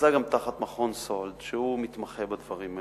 שנעשה גם תחת "מכון סאלד", שמתמחה בדברים האלה,